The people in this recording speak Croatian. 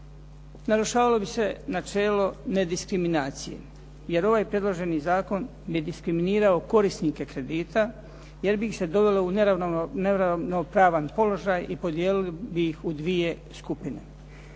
Narušavalo bi se načelo nediskriminacije, jer ovaj predloženi zakon bi diskriminirao korisnike kredita, jer bi ih se dovelo u neravnopravan položaj i podijelili bi ih u dvije skupine.